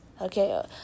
okay